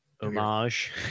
Homage